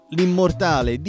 L'immortale